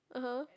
(uh huh)